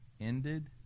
ended